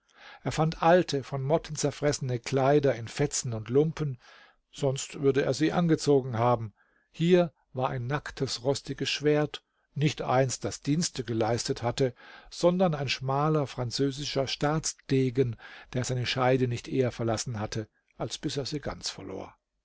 er fand alte von motten zerfressene kleider in fetzen und lumpen sonst würde er sie angezogen haben hier war ein nacktes rostiges schwert nicht eins das dienste geleistet hatte sondern ein schmaler französischer staatsdegen der seine scheide nicht eher verlassen hatte als bis er sie ganz verlor